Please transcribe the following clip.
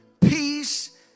peace